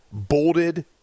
bolded